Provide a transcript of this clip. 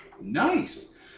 Nice